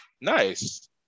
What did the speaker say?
Nice